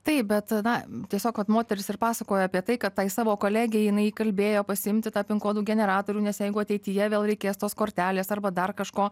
taip bet na tiesiog kad moteris ir pasakoja apie tai kad tai savo kolegei jinai įkalbėjo pasiimti tą kodų generatorių nes jeigu ateityje vėl reikės tos kortelės arba dar kažko